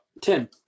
ten